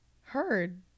Heard